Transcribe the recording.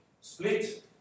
split